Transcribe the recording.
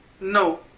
No